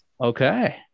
Okay